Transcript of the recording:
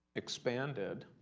expanded,